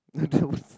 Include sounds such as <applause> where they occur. that was <laughs>